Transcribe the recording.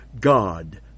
God